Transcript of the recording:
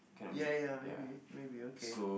ya ya ya maybe maybe okay